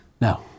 No